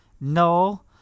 no